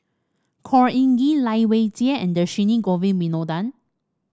Khor Ean Ghee Lai Weijie and Dhershini Govin Winodan